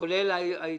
כולל העדכונים,